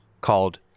called